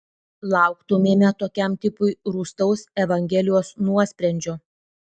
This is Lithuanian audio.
lauktumėme tokiam tipui rūstaus evangelijos nuosprendžio